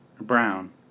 Brown